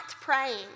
praying